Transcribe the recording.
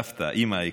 סבתא, אימא היקרה.